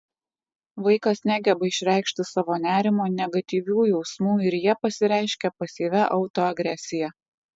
vaikas negeba išreikšti savo nerimo negatyvių jausmų ir jie pasireiškia pasyvia autoagresija